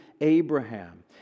Abraham